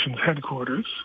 Headquarters